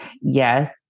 Yes